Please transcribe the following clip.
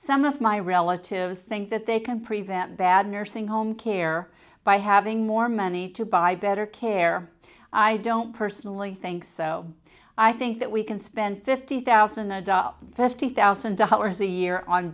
some of my relatives think that they can prevent bad nursing home care by having more money to buy better care i don't personally think so i think that we can spend fifty thousand a dollar fifty thousand dollars a year on